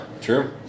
True